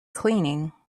cleaning